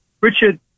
Richard